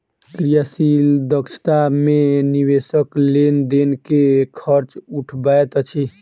क्रियाशील दक्षता मे निवेशक लेन देन के खर्च उठबैत अछि